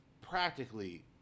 practically